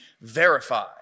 Verify